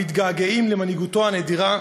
המתגעגעים למנהיגותו הנדירה,